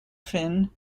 fin